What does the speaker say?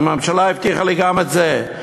והממשלה הבטיחה לי גם את זה.